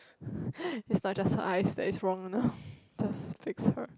it's like just now I say is wrong enough just speak to her